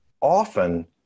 often